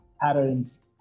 patterns